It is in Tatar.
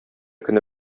көне